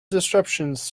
disruptions